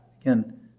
again